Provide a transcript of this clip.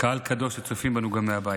קהל קדוש שצופים בנו גם מהבית,